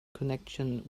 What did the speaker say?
connection